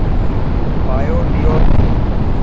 Bio লিওর কি?